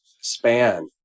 span